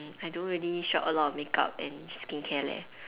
I don't really shop a lot of makeup and skincare leh